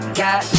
got